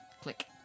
Click